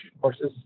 courses